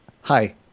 Hi